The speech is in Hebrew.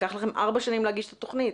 לקח לכם ארבע שנים להגיש את התוכנית.